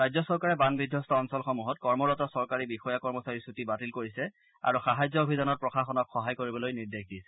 ৰাজ্য চৰকাৰে বান বিধবস্ত অঞ্চলসমূহত কৰ্মৰত চৰকাৰী বিষয়া কৰ্মচাৰীৰ চুটি বাতিল কৰিছে আৰু সাহায্য অভিযানত প্ৰশাসনক সহায় কৰিবলৈ নিৰ্দেশ দিছে